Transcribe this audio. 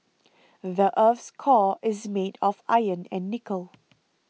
the earth's core is made of iron and nickel